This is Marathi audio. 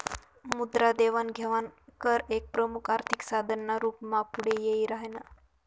मुद्रा देवाण घेवाण कर एक प्रमुख आर्थिक साधन ना रूप मा पुढे यी राह्यनं